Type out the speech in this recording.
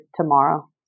tomorrow